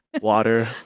water